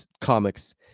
comics